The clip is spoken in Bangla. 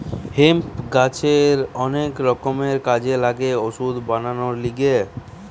হেম্প গাছের অনেক রকমের কাজে লাগে ওষুধ বানাবার লিগে